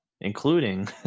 including